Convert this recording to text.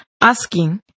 asking